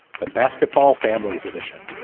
the basketball family's edition.